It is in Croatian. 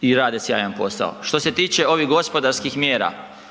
i rade sjajan posao. Što se tiče ovih gospodarskih mjera,